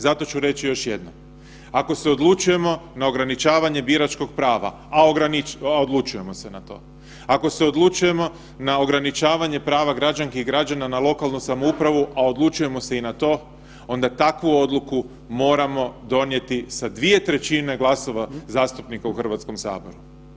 Zato ću reći još jednom, ako se odlučujemo na ograničavanje biračkog prava, a odlučujemo se na to, ako se odlučujemo na ograničavanje prava građanki i građana na lokalnu samoupravu, a odlučujemo se i na to onda takvu odluku moramo donijeti sa dvije trećine glasova zastupnika u Hrvatskom saboru.